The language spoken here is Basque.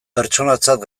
pertsonatzat